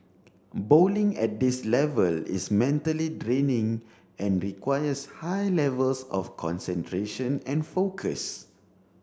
bowling at this level is mentally draining and requires high levels of concentration and focus